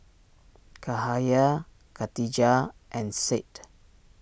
Cahaya Katijah and Said